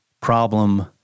problem